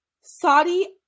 Saudi